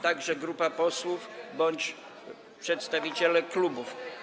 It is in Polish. Także grupa posłów bądź przedstawiciele klubów.